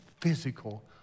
physical